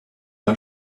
our